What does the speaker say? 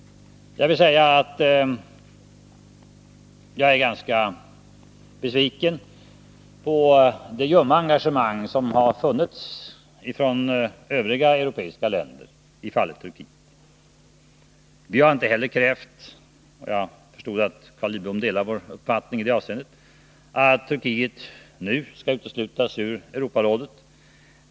Jag vill med det säga att jag är ganska besviken på det ljumma engagemang som har funnits hos övriga europeiska länder i fallet Turkiet. Vi har inte heller krävt — och jag tror att Carl Lidbom delar vår uppfattning i det avseendet — att Turkiet nu skall uteslutas ur Europarådet.